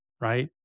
right